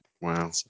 wow